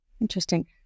Interesting